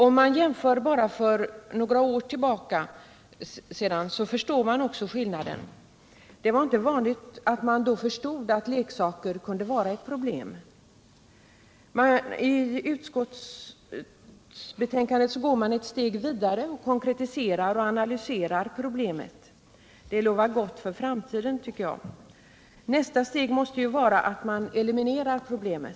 Om man jämför bara några år tillbaka så förstår man också skillnaden. Det var inte vanligt att man då insåg att leksaker kunde vara ett problem. I utskottets betänkande går man ett steg vidare, konkretiserar och ana lyserar vari problemet ligger. Nästa steg måste ju vara att eliminera pro = Nr 45 blemet.